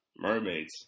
Mermaids